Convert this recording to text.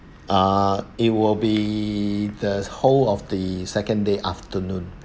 ah it will be the whole of the second day afternoon